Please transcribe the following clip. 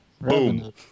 Boom